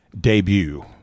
debut